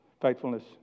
faithfulness